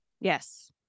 Yes